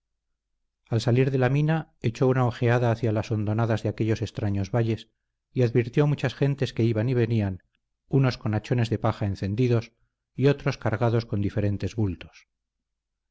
al salir de la mina echó una ojeada hacia las hondonadas de aquellos extraños valles y advirtió muchas gentes que iban y venían unos con hachones de paja encendidos y otros cargados con diferentes bultos